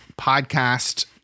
podcast